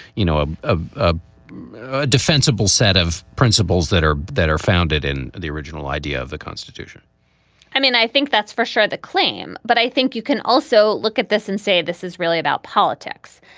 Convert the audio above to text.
you know, ah ah ah a defensible set of principles that are that are founded in the original idea of the constitution i mean, i think that's for sure, the claim. but i think you can also look at this and say this is really about politics.